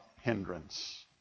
hindrance